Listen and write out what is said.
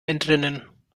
entrinnen